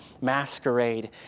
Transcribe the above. Masquerade